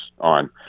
on